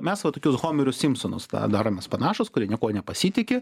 mes va tokius homerius simsonus tą daromės panašūs kurie niekuo nepasitiki